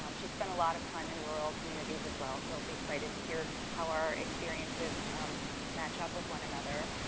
um she spends a lot of time in rural communities as well so i'm excited to hear how our experiences match up with one another.